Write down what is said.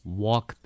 walk